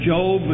Job